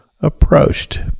approached